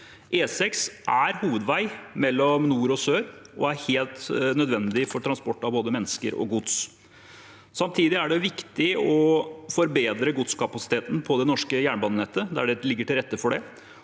E6 er en hovedvei mellom nord og sør og er helt nødvendig for transport av både mennesker og gods. Samtidig er det viktig å forbedre godskapasiteten på det norske jernbanenettet der det ligger til rette for det.